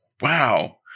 Wow